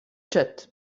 ket